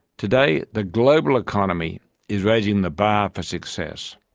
today the global economy is raising the bar for success.